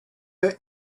her